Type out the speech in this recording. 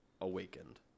Awakened